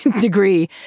degree